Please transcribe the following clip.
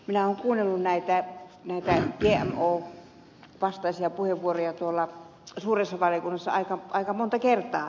minä olen kuunnellut näitä gmo vastaisia puheenvuoroja tuolla suuressa valiokunnassa aika monta kertaa